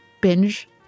binge